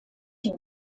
die